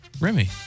Remy